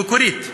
המקורית.